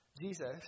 Jesus